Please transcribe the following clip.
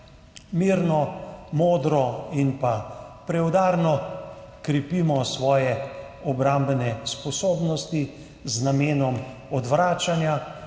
Mirno, modro in preudarno krepimo svoje obrambne sposobnosti z namenom odvračanja.